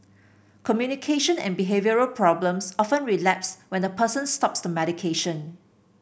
communication and behavioural problems often relapse when the person stops the medication